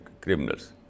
criminals